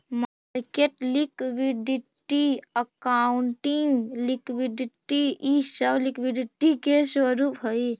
market liquidity, accounting liquidity इ सब liquidity के स्वरूप हई